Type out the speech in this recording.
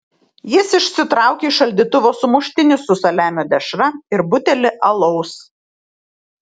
jis išsitraukė iš šaldytuvo sumuštinį su saliamio dešra ir butelį alaus